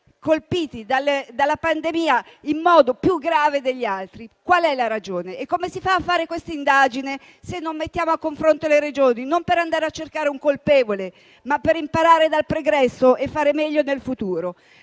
colpiti dalla pandemia in modo più grave degli altri. Qual è la ragione? E come si fa a fare questa indagine, se non mettiamo a confronto le Regioni, non per andare a cercare un colpevole, ma per imparare dal pregresso e fare meglio nel futuro?